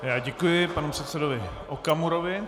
Já děkuji panu předsedovi Okamurovi.